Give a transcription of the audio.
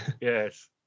Yes